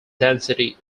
density